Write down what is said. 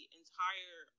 entire